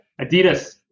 Adidas